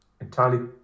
entirely